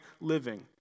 living